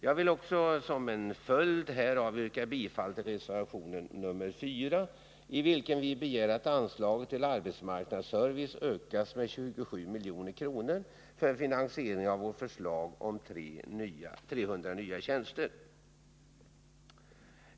Jag vill också som en följd härav yrka bifall till reservation nr 4, i vilken vi begär att anslaget till Arbetsmarknadsservice ökas med 27 milj.kr. för finansiering av vårt förslag om 300 nya tjänster.